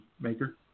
maker